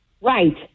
Right